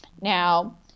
Now